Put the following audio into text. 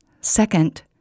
Second